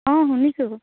অঁ শুনিছোঁ